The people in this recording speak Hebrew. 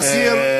באסיר שובת רעב.